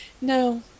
No